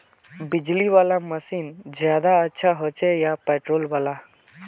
बिजली वाला मशीन ज्यादा अच्छा होचे या पेट्रोल वाला?